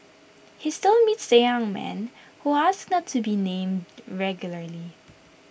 he still meets the young man who asked not to be named regularly